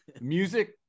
music